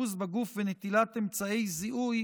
חיפוש בגוף ונטילת אמצעי זיהוי)